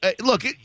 look